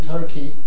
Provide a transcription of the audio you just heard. Turkey